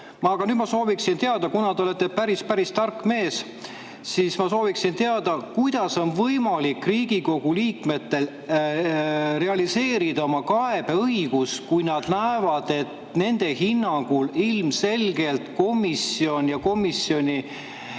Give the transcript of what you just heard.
ei ole. Aga kuna te olete päris tark mees, siis ma sooviksin teada, kuidas on võimalik Riigikogu liikmetel realiseerida oma kaebeõigust, kui nad näevad, et nende hinnangul ilmselgelt komisjon ja komisjoni